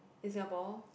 in Singapore